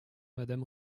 madame